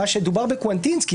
מה שדובר בקוונטינסקי,